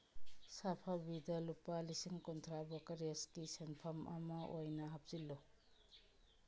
ꯁꯥꯐꯕꯤꯗ ꯂꯨꯄꯥ ꯂꯤꯁꯤꯡ ꯀꯨꯟꯊ꯭ꯔꯥ ꯕ꯭ꯔꯣꯀꯦꯔꯦꯁꯀꯤ ꯁꯦꯟꯐꯝ ꯑꯃ ꯑꯣꯏꯅ ꯍꯥꯞꯆꯤꯜꯂꯨ